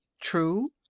true